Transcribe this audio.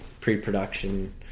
pre-production